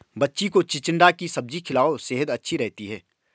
बच्ची को चिचिण्डा की सब्जी खिलाओ, सेहद अच्छी रहती है